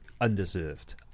undeserved